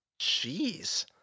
Jeez